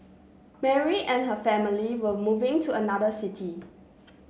Mary and her family were moving to another city